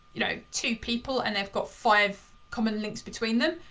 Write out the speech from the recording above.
you know, two people and they've got five common links between them.